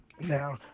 Now